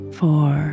four